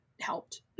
helped